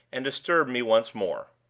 and disturbed me once more.